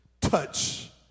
touch